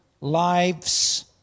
lives